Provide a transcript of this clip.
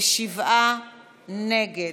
ושבעה נגד.